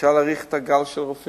אפשר להאריך גם את גיל הרופאים.